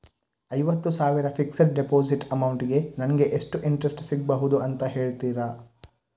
ಐವತ್ತು ಸಾವಿರ fixed deposit amount ಗೆ ನಂಗೆ ಎಷ್ಟು ಇಂಟ್ರೆಸ್ಟ್ ಸಿಗ್ಬಹುದು ಅಂತ ಹೇಳ್ತೀರಾ?